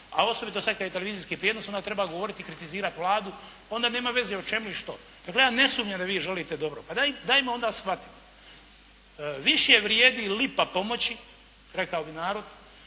a osobito sad kada je televizijski prijenos, onda treba govoriti i kritizirati Vladu, onda nema veze o čemu i što. Ja ne sumnjam da vi želite dobro. Pa dajmo onda shvatimo, više vrijedi lipa pomoći, rekao bi narod,